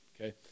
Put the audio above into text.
okay